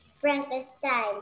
Frankenstein